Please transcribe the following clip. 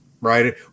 right